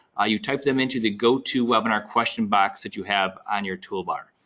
ah you type them into the go to webinar question box that you have on your toolbar.